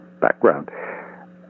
background